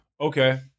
Okay